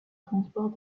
transports